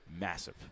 Massive